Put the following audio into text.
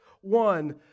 one